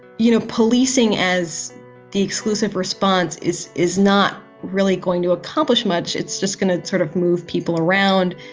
you know, policing, as the exclusive response is, is not really going to accomplish much. it's just going to sort of move people around